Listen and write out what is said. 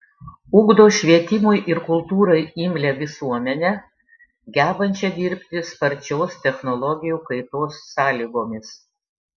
ugdo švietimui ir kultūrai imlią visuomenę gebančią dirbti sparčios technologijų kaitos sąlygomis